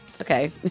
okay